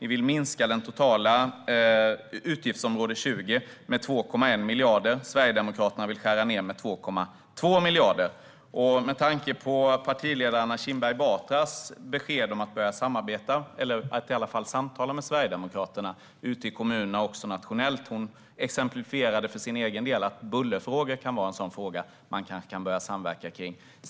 Ni vill minska de totala anslagen för utgiftsområde 20 med 2,1 miljarder. Sverigedemokraterna vill skära ned med 2,2 miljarder. Er partiledare Anna Kinberg Batra har lämnat besked om att ni ska börja samarbeta med eller i alla fall börja samtala med Sverigedemokraterna ute i kommunerna och nationellt. Hon nämnde bullerfrågan som ett exempel på ett område där man kan börja samverka.